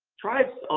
tribes